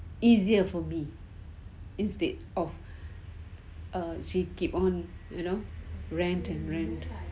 easier for me instead of a she keep on you know rant and rant